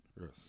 Yes